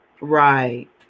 Right